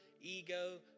Ego